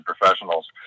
professionals